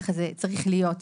כך זה צריך להיות.